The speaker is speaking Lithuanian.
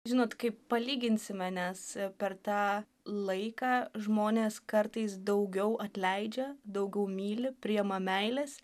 žinot kai palyginsime nes per tą laiką žmonės kartais daugiau atleidžia daugiau myli priima meilės